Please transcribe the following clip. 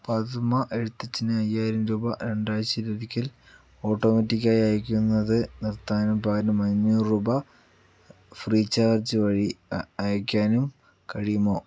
പാത്തുമ്മ എഴുത്തച്ഛനയ്യായിരം രൂപ രണ്ടാഴ്ചയിലൊരിക്കൽ ഓട്ടോമാറ്റിക്കായി അയയ്ക്കുന്നത് നിർത്താനും പകരം അഞ്ഞൂറ് രൂപ ഫ്രീചാർജ് വഴി അയയ്ക്കാനും കഴിയുമോ